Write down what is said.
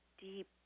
deep